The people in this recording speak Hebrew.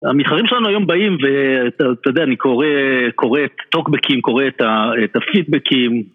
המתחרים שלנו היום באים, ואתה יודע, אני קורא, קורא טוקבקים, קורא את הפידבקים